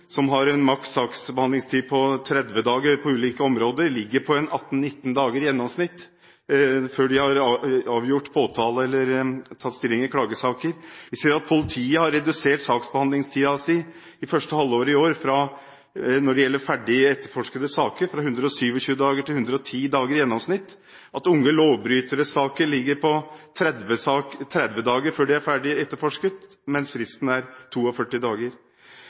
som har en maks saksbehandlingstid på 30 dager på ulike områder, ligger på 18–19 dager i gjennomsnitt før de har avgjort påtale eller tatt stilling i klagesaker. Vi ser at politiet har redusert saksbehandlingstiden sin i første halvår i år når det gjelder ferdig etterforskede saker, fra 127 dager til 110 dager i gjennomsnitt, og at unge lovbryteres saker ligger på 30 dager før de er ferdig etterforsket, mens fristen er 42 dager.